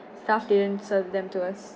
staff didn't serve them to us